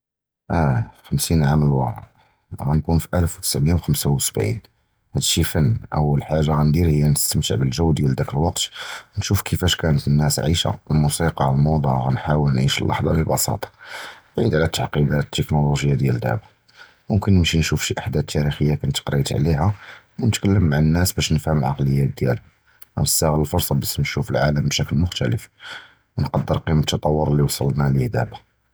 אִיה, חֻמְסִין עָאם לִל-וּרַאא גַאנְקוּן פִי אַלְפ וְתִסְעֻמֵה וְחַמְסִין וְסַבְּעָה, הַדִּי שִי פֵן, אוּל חַאגָה גַאנְדִיר הִי נִסְתַמְתְע בְּג'וּ דִיַּל דָּאקּ אִל-וַקְתּ וְנִשּוּף כִּיפַאש קִאנְת נַאס עַאִישָה אִל-מוּסִיקָא, אִל-מוּדָא גַאנְחַאוּל נִעַיֵּש אִל-לַחְזָה בְּבְּסִיטַּה, בְּעִיד עַלַהָא אִל-תַּעְקִידַאת אִל-טֶכְנוֹלוֹגִיָּה דִיַּל דַּאבָּא, מֻמְכִּן נִמְשִּי נִשּוּף שִי אִחְדַاث תַּארִיחִיָּה קִנְת קְרֵית עַלַהוּם, וְנִתְכַּלְם עִם נַאס בַּשּׁ נִפְהֵם אִל-עַקְלִיָּאת דִיַּלְהוּם, וְנִסְתַעְמֵל אִל-פְרְסָה בַּשּׁ נִשּוּף אִל-עָלַם בִּשְקֶל מֻכְתַּלֵף וְנִקְדַר קִים כִּימַת אִל-תְּטַווּר לִי וְصָלְלְנוּ לִי דַאבָּא.